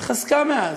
התחזקה מאז.